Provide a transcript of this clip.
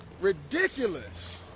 ridiculous